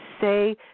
say